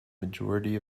majority